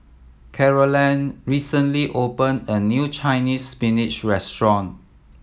Carolann recently opened a new Chinese Spinach restaurant